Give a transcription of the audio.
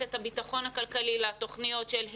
את הביטחון הכלכלי לתוכניות של היל"ה,